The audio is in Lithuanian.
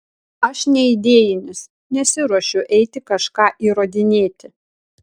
aš neidėjinis nesiruošiu eiti kažką įrodinėti